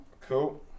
Cool